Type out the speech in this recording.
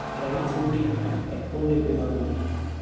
dry fruit ഇനങ്ങൾ എപ്പോൾ ലഭ്യമാകും